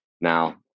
Now